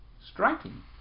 striking